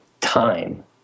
time